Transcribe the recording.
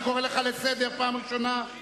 אני קורא אותך לסדר פעם ראשונה.